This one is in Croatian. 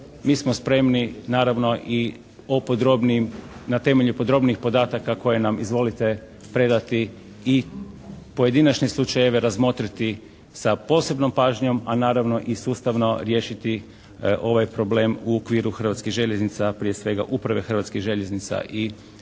mi smo spremni naravno i o podrobnijim, na temelju podrobnijih podataka koje nam izvolite predati i pojedinačne slučajeve razmotriti sa posebnom pažnjom, a naravno i sustavno riješiti ovaj problem u okviru Hrvatski željeznica, prije svega uprave Hrvatskih željeznica i stranaka